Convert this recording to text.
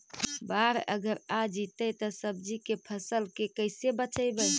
बाढ़ अगर आ जैतै त सब्जी के फ़सल के कैसे बचइबै?